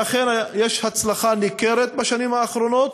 ואכן יש הצלחה ניכרת בשנים האחרונות,